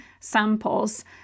samples